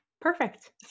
Perfect